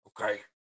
okay